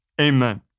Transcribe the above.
amen